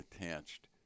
attached